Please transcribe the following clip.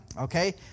okay